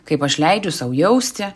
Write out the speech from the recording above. kaip aš leidžiu sau jausti